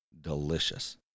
delicious